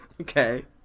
Okay